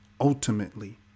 ultimately